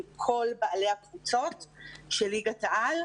עם כל בעלי הקבוצות של ליגת העל.